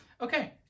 Okay